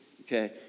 okay